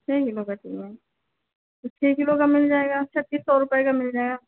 छः किलो का चाहिए तो छः किलो का मिल जाएगा छत्तीस सौ रुपये का मिल जाएगा